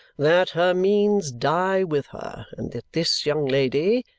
that her means die with her and that this young lady,